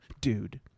dude